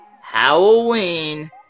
Halloween